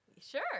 Sure